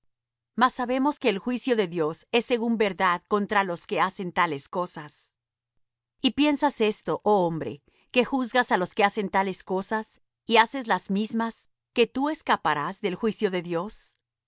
mas sabemos que el juicio de dios es según verdad contra los que hacen tales cosas y piensas esto oh hombre que juzgas á los que hacen tales cosas y haces las mismas que tú escaparás del juicio de dios